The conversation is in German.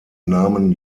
nahmen